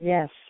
Yes